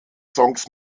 songs